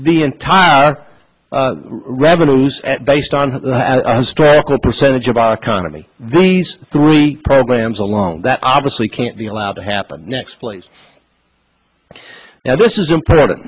the entire our revenues based on the percentage of our economy these three programs alone that obviously can't be allowed to happen next please now this is important